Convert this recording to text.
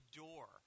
door